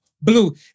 Blue